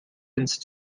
into